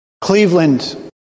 Cleveland